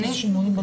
עוד